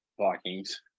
Vikings